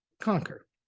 conquer